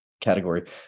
category